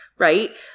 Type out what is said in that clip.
right